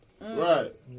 Right